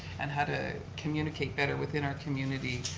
and how to communicate better within our community,